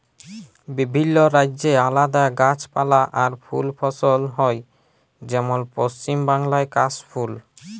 বিভিল্য রাজ্যে আলাদা গাছপালা আর ফুল ফসল হ্যয় যেমল পশ্চিম বাংলায় কাশ ফুল